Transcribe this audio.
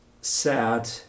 sad